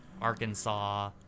Arkansas